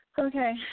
Okay